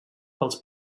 pels